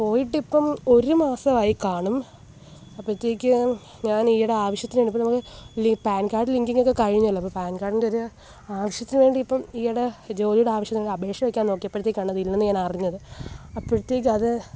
പോയിട്ടിപ്പം ഒരു മാസമായിക്കാണും അപ്പോഴത്തേക്കും ഞാൻ ഈയിടെ ആവശ്യത്തിന് ഇപ്പോൾ നമുക്ക് പാൻ കാർഡ് ലിങ്കിങ് ഒക്കെ കഴിഞ്ഞല്ലോ അപ്പം പാൻ കാർഡിൻ്റെ ഒരു ആവശ്യത്തിനു വേണ്ടി ഇപ്പോൾ ഈയിടെ ജോലിയുടെ ആവശ്യത്തിനു വേണ്ടി അപേക്ഷ വെയ്ക്കാൻ നോക്കിയപ്പോഴത്തേക്കാണ് ഇതില്ലെന്നു ഞാൻ അറിഞ്ഞത് അപ്പോഴത്തേക്കത്